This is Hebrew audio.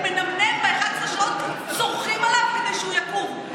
הוא מנמנם ב-11 שעות, צורחים עליו כדי שהוא יקום.